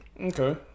Okay